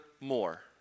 more